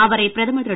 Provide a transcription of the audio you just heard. அவரை பிரதமர் திரு